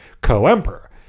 co-emperor